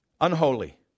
Unholy